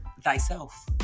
thyself